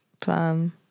plan